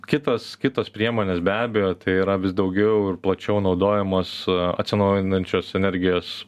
kitos kitos priemonės be abejo tai yra vis daugiau ir plačiau naudojamos atsinaujinančios energijos